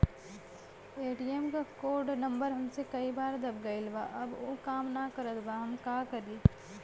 ATM क code number हमसे कई बार दब गईल बा अब उ काम ना करत बा हम का करी?